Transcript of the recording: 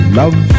love